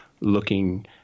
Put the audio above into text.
looking